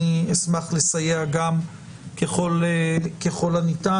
אני אשמח לסייע גם ככל הניתן.